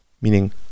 meaning